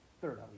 third